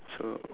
so